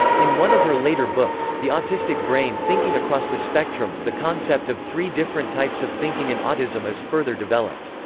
in one of her later books, the autistic brain thinking across the spectrum, the concept of three different types of thinking in autism is further developed.